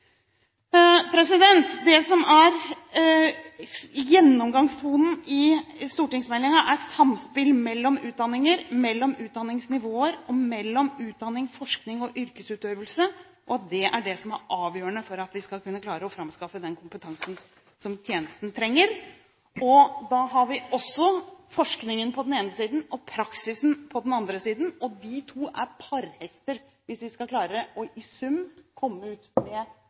Det som er gjennomgangstonen i stortingsmeldingen, er samspill mellom utdanninger, mellom utdanningsnivåer og mellom utdanning, forskning og yrkesutøvelse, og at det er det som er avgjørende for at vi skal kunne klare å framskaffe den kompetansen som tjenesten trenger. Da har vi forskningen på den ene siden og praksisen på den andre. De to er parhester hvis vi i sum skal klare å komme ut